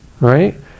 right